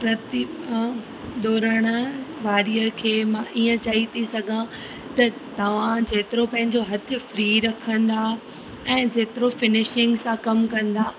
प्रतिमा दुहराइणु वारीअ खे मां ईअं चई थी सघां त तव्हां जेतिरो पंहिंजो हथ फ्री रखंदा ऐं जेतिरो फिनिशिंग सां कमु कंदा